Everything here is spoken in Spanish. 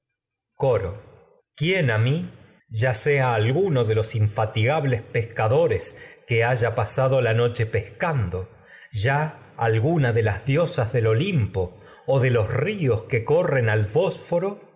a quién mi ya sea alguno de los infatiga pescadox es que haya pasado la noche pescando ya o alguna de las diosas del olimpo al de los ríos que corren vagar por bosforo